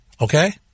okay